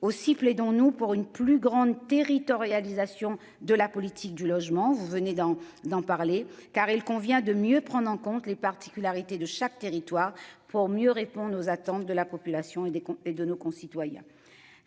au sifflet dont nous pour une plus grande territorialisation de la politique du logement, vous venez d'en d'en parler car il convient de mieux prendre en compte les particularités de chaque territoire pour mieux répondre aux attentes de la population et des cons